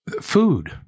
food